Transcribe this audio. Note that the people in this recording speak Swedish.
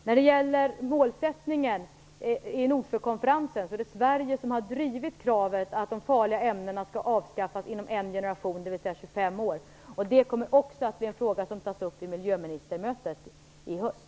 När det gäller målsättningen i Nordsjökonferensen vill jag påpeka att det är Sverige som har drivit kravet att de farliga ämnena skall avskaffas inom en generation, dvs. 25 år. Det kommer också att bli en fråga som tas upp vid miljöministermötet i höst.